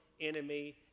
enemy